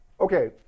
Okay